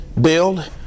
build